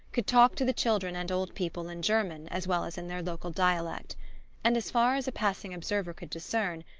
could talk to the children and old people in german as well as in their local dialect and, as far as a passing observer could discern,